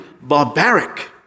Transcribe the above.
barbaric